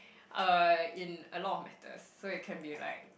uh in a lot of matters so it can be like